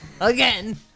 Again